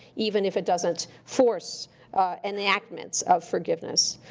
even if it doesn't force enactments of forgiveness.